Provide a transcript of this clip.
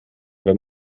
wenn